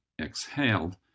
exhaled